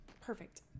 perfect